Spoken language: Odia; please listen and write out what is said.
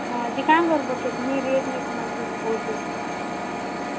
ହଁ ଯେ କାଣା କର୍ବ ରେଟ୍